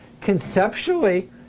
Conceptually